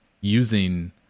using